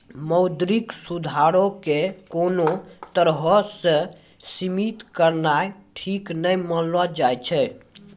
मौद्रिक सुधारो के कोनो तरहो से सीमित करनाय ठीक नै मानलो जाय छै